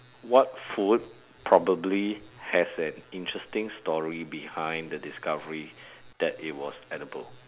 what food probably has an interesting story behind the discovery that it was edible